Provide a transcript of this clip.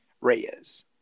Reyes